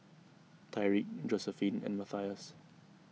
Tyrique Josiephine and Matthias